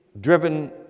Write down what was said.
driven